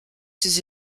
ses